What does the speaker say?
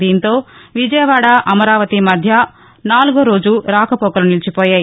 దీంతో విజయవాడ అమరావతి మధ్య నాలుగో రోజు రాకపోకలు నిలిచిపోయాయి